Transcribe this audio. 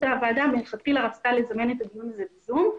הוועדה מלכתחילה רצתה לזמן את הדיון הזה ב-זום.